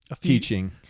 teaching